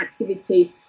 activity